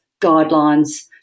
guidelines